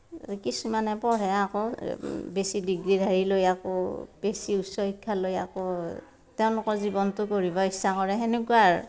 আৰু কিছুমানে পঢ়ে আকৌ বেছি ডিগ্ৰীধাৰী লৈ আকৌ বেছি উচ্চ শিক্ষা লৈ আকৌ তেওঁলোকৰ জীৱনটো গঢ়িব ইচ্ছা কৰে সেনেকুৱা আৰু